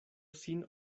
sin